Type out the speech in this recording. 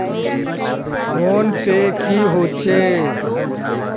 Phone पै की होचे?